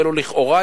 ולו לכאורה,